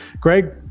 Greg